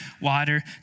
water